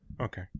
Okay